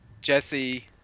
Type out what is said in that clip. Jesse